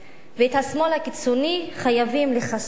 ואת השמאל הקיצוני חייבים לחסל.